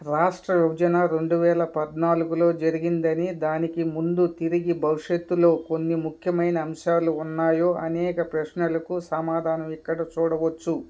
రాష్ట్ర విభజన రెండు వేల పద్నాలుగులో జరిగిందని దానికి ముందు తిరిగి భవిష్యత్తులో కొన్ని ముఖ్యమైన అంశాలు ఉన్నాయో అనేక ప్రశ్నలకు సమాధానం ఇక్కడ చూడవచ్చు